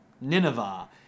Nineveh